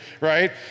right